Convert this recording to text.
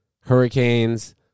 hurricanes